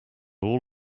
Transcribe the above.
all